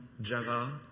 Java